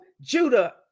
Judah